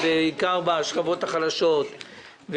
בעיקר בשכבות החלשות,